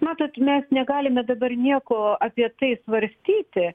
matot mes negalime dabar nieko apie tai svarstyti